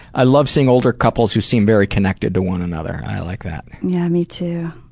i love seeing older couple who seem very connected to one another. i like that. yeah, me too.